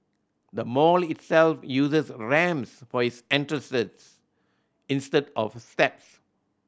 the mall itself uses ramps for its entrances instead of steps